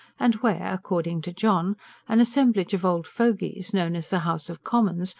and where according to john an assemblage of old fogies, known as the house of commons,